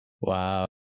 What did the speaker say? Wow